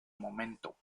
momento